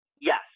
yes